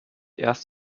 erst